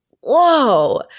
whoa